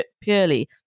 purely